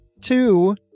two